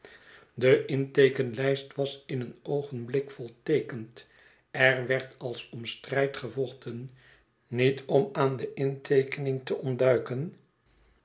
de inteekeninglijst was in een oogenblik volteekend er werd als om strijd gevochten niet om aan de inteekening te ontduiken